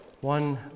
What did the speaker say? One